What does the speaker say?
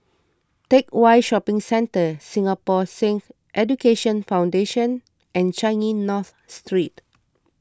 Teck Whye Shopping Centre Singapore Sikh Education Foundation and Changi North Street